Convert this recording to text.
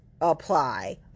apply